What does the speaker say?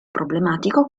problematico